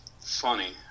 funny